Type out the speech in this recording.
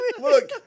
Look